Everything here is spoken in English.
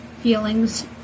feelings